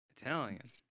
Italian